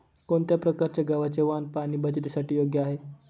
कोणत्या प्रकारचे गव्हाचे वाण पाणी बचतीसाठी योग्य आहे?